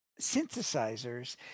synthesizers